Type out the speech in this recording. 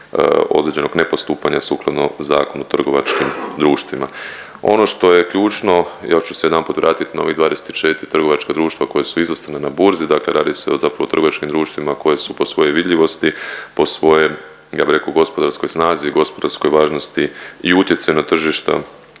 određenog ne postupanja sukladno Zakonu o trgovačkim društvima. Ono što je ključno, još ću se jedanput vratit na ovih 24 trgovačka društva koja su izlistana na burzi, dakle radi se o trgovačkim društvima koja su po svojoj vidljivosti, po svojoj ja bi rekao gospodarskoj snazi i gospodarskoj važnosti i utjecaju na tržišta